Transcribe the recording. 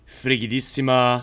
frigidissima